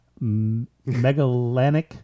megalanic